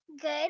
Good